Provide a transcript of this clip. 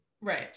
right